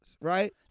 Right